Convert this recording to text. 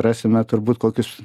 rasime turbūt kokius